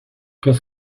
qu’est